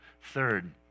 Third